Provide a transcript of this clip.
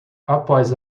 após